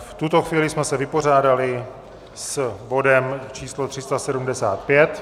V tuto chvíli jsme se vypořádali s bodem číslo 375.